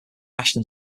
ashton